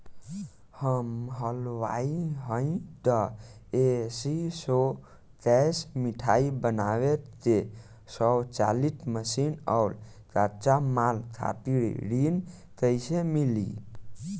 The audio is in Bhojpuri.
हम हलुवाई हईं त ए.सी शो कैशमिठाई बनावे के स्वचालित मशीन और कच्चा माल खातिर ऋण कइसे मिली?